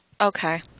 Okay